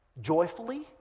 joyfully